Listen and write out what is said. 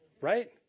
right